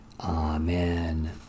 Amen